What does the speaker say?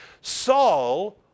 Saul